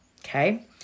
Okay